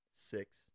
six